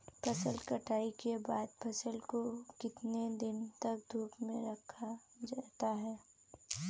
फसल कटाई के बाद फ़सल को कितने दिन तक धूप में रखा जाता है?